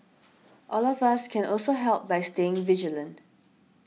all of us can also help by staying vigilant